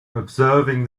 observing